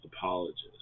apologist